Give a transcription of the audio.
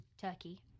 Turkey